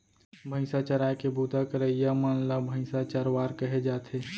भईंसा चराए के बूता करइया मन ल भईंसा चरवार कहे जाथे